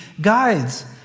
guides